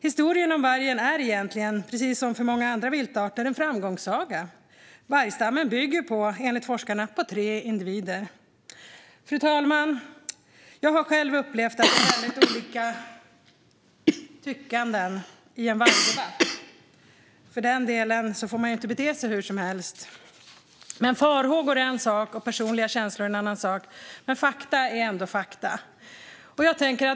Historien om vargen är, precis som för många andra viltarter, en framgångssaga. Enligt forskarna bygger dagens vargstam på tre individer. Fru talman! Jag har själv upplevt många olika tyckanden i en vargdebatt, men man får inte bete sig hur som helst. Farhågor är en sak och personliga känslor en annan. Men fakta är ändå fakta.